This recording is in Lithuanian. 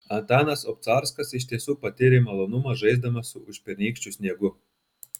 antanas obcarskas iš tiesų patyrė malonumą žaisdamas su užpernykščiu sniegu